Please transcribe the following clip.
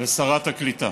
ולשרת הקליטה.